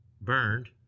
burned